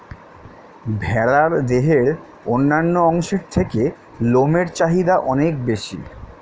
ভেড়ার দেহের অন্যান্য অংশের থেকে লোমের চাহিদা অনেক বেশি